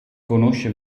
conosce